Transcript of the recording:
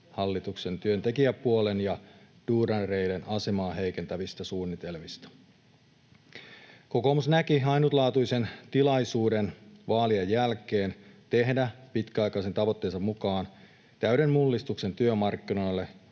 hallituksen työntekijäpuolen ja duunareiden asemaa heikentävistä suunnitelmista. Kokoomus näki ainutlaatuisen tilaisuuden vaalien jälkeen tehdä pitkäaikaisen tavoitteensa mukaan täyden mullistuksen työmarkkinoille,